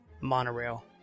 monorail